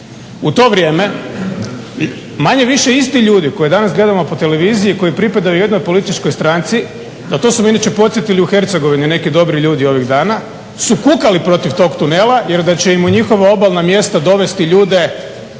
U to vrijeme manje-više isti ljudi koje danas gledamo po televiziji, koji pripadaju jednoj političkoj stranci, a to su me inače podsjetili u Hercegovini neki dobri ljudi ovih dana su kukali protiv tog tunela jer da će im u njihova obalna mjesta dovesti ljude